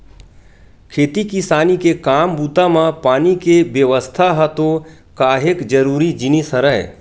खेती किसानी के काम बूता म पानी के बेवस्था ह तो काहेक जरुरी जिनिस हरय